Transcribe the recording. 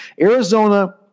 Arizona